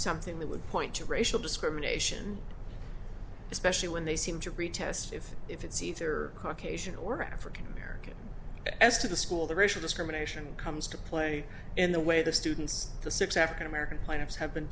something that would point to racial discrimination especially when they seem to retest if if it's either caucasian or african american as to the school the racial discrimination comes to play in the way the students the six african american plaintiffs have been